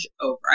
over